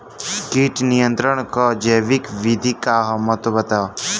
कीट नियंत्रण क जैविक विधि क का महत्व ह?